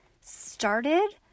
started